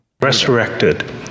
resurrected